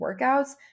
workouts